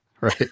right